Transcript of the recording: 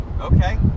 Okay